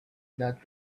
that